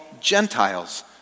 Gentiles